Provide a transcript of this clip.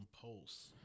Pulse